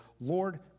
Lord